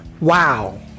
Wow